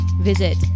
visit